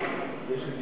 ואתה,